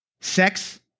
sex